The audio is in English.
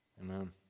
amen